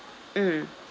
mm